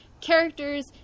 characters